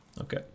Okay